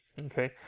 okay